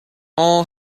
all